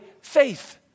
faith